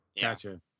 Gotcha